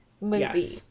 movie